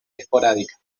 esporádica